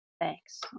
thanks